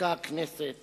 חוקקה הכנסת